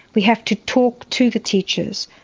we have to talk to the teachers,